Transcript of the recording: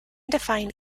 define